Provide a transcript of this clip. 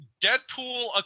Deadpool